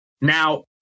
Now